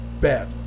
bad